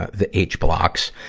ah the h blocks.